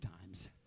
times